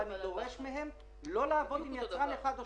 ואני דורש מהם לא לעבוד עם יצרן אחד או